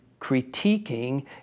critiquing